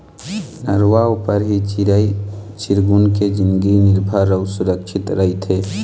नरूवा ऊपर ही चिरई चिरगुन के जिनगी निरभर अउ सुरक्छित रहिथे